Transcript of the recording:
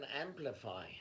amplify